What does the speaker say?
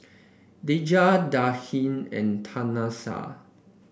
Dejah and Tanesha